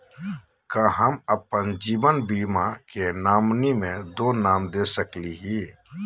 का हम अप्पन जीवन बीमा के नॉमिनी में दो नाम दे सकली हई?